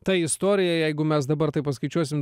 ta istorija jeigu mes dabar taip paskaičiuosim